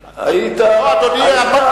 אדוני.